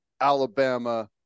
Alabama